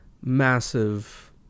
massive